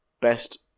best